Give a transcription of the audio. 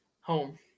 home